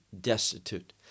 destitute